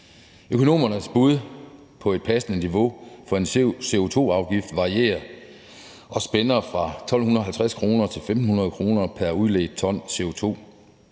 Økonomernes bud på et passende niveau for en CO2-afgift varierer og spænder fra 1.250 kr. til 1.500 kr. pr. udledt ton CO2.